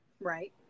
right